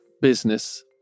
business